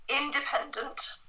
independent